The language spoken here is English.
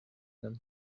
them